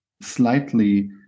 slightly